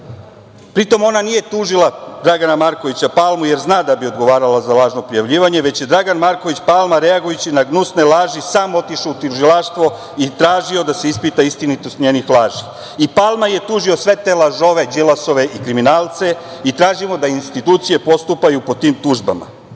Pri tome, ona nije tužila Dragana Markovića Palmu, jer zna da bi odgovarala za lažno prijavljivanje, već je Dragan Marković Palma reagujući na gnusne laži sam otišao u Tužilaštvo i tražio da se ispita istinitost njenih laži. Palma je tužio sve te lažove Đilasove i kriminalce i tražimo da institucije postupaju po tim tužbama. Ova